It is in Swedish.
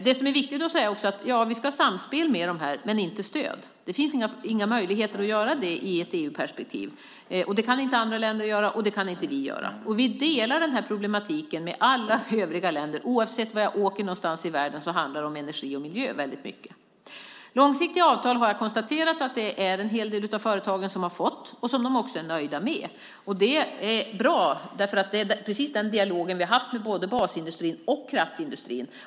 Det är också viktigt att säga att vi ska ha ett samspel men inte ett stöd. Det finns inga möjligheter till det i ett EU-perspektiv. Det kan varken vi eller några andra länder göra. Vi delar denna problematik med övriga länder. Oavsett vart jag åker i världen handlar det väldigt mycket om energi och miljö. En hel del företag har fått långsiktiga avtal som de är nöjda med. Det är bra, för det är precis den dialogen vi har haft med både basindustrin och kraftindustrin.